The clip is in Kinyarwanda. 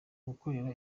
gukorera